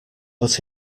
but